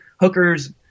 Hooker's